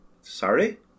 Sorry